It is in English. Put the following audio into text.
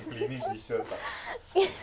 ya